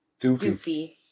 Doofy